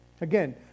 Again